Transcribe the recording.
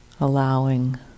allowing